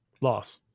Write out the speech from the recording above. Loss